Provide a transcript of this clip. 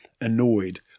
annoyed